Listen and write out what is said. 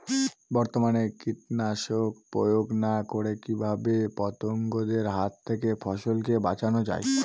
বর্তমানে কীটনাশক প্রয়োগ না করে কিভাবে পতঙ্গদের হাত থেকে ফসলকে বাঁচানো যায়?